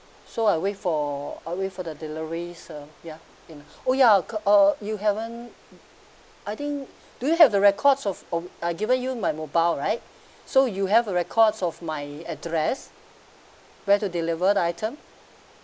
so I wait for I'll wait for the delivery um ya in oh ya uh you haven't I think do you have the records of um I given you my mobile right so you have a records of my address where to deliver the item